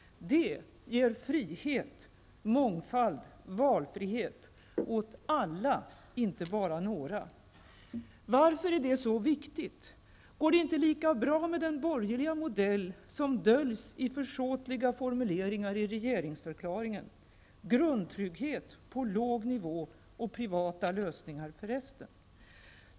Det ger frihet, mångfald, valfrihet -- åt alla, inte bara åt några. Varför är det så viktigt? Går det inte lika bra med den borgerliga modell som döljs i försåtliga formuleringar i regeringsförklaringen -- grundtrygghet på låg nivå och privata lösningar för resten?